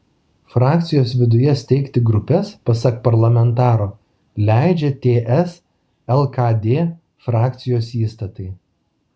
frakcijos viduje steigti grupes pasak parlamentaro leidžia ts lkd frakcijos įstatai